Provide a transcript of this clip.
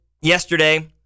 yesterday